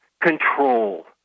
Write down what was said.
control